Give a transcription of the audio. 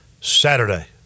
Saturday